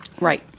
Right